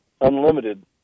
unlimited